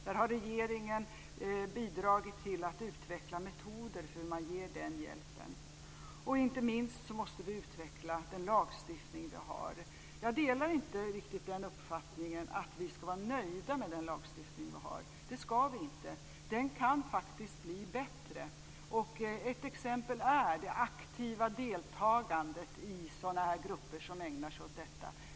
Där har regeringen bidragit till att utveckla metoder för hur man ger den hjälpen. Och inte minst måste vi utveckla den lagstiftning vi har. Jag delar inte riktigt den uppfattningen att vi ska vara nöjda med den lagstiftning vi har. Det ska vi inte vara. Den kan faktiskt bli bättre. Ett exempel är det aktiva deltagandet i sådana här grupper som ägnar sig åt detta.